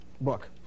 book